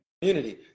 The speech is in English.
community